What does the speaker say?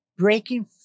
Breaking